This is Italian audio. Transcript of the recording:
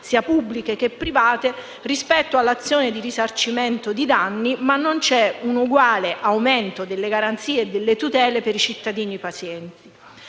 sia pubbliche che private, rispetto all'azione del risarcimento di danni, ma non c'è un uguale aumento delle garanzie e delle tutele per i cittadini pazienti.